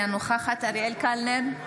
אינה נוכחת אריאל קלנר,